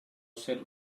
ser